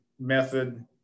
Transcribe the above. method